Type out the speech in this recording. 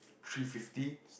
three fifty